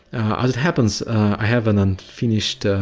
as it happens i have an unfinished